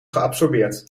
geabsorbeerd